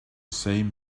same